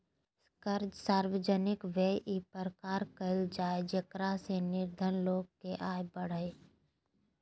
कर सार्वजनिक व्यय इ प्रकार कयल जाय जेकरा से निर्धन लोग के आय बढ़य